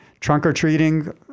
Trunk-or-treating